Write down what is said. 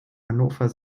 hannover